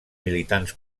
militants